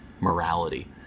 morality